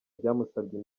byamusabye